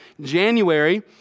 January